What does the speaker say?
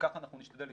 וכך אנחנו נשתדל לפעול.